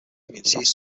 communities